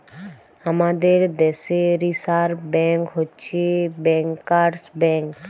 আমাদের দ্যাশে reserve bank হছে ব্যাংকার্স ব্যাংক